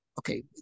okay